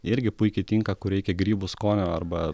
irgi puikiai tinka kur reikia grybų skonio arba